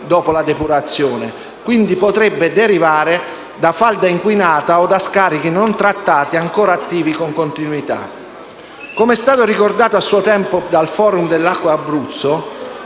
dopo la depurazione e, quindi, potrebbe derivare da falda inquinata o da scarichi non trattati ancora attivi con continuità. Come è stato ricordato a suo tempo dal Forum per l'acqua Abruzzo,